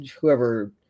whoever